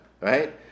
right